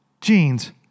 jeans